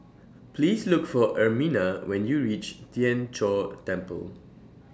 Please Look For Ermina when YOU REACH Tien Chor Temple